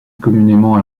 communément